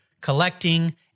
collecting